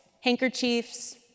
handkerchiefs